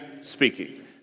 speaking